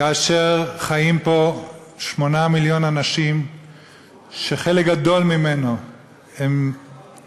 כאשר חיים פה 8 מיליון אנשים שחלק גדול מהם מצהירים